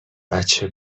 بچه